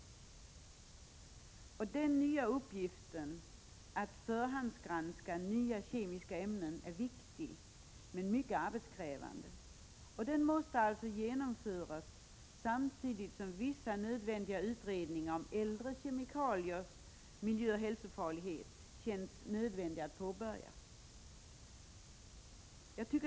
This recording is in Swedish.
Den nya uppgiften att förhandsgranska nya kemiska ämnen är viktig men mycket arbetskrävande, och den måste genomföras samtidigt som vissa utredningar om äldre kemikaliers miljöeller hälsofarlighet känns nödvändiga att påbörja.